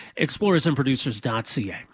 explorersandproducers.ca